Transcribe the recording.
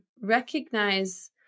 recognize